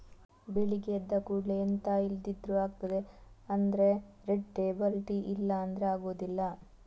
ಬೆಳಗ್ಗೆ ಎದ್ದ ಕೂಡ್ಲೇ ಎಂತ ಇಲ್ದಿದ್ರೂ ಆಗ್ತದೆ ಆದ್ರೆ ರೆಡ್ ಲೇಬಲ್ ಟೀ ಇಲ್ಲ ಅಂದ್ರೆ ಆಗುದಿಲ್ಲ